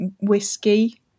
whiskey